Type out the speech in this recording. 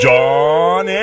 John